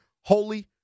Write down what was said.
Holy